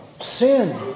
Sin